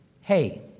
Hey